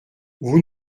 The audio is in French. vous